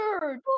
third